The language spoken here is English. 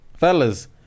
Fellas